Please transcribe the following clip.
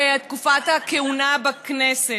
בתקופת הכהונה בכנסת.